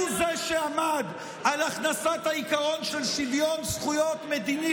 הוא זה שעמד על הכנסת העיקרון של שוויון זכויות מדיני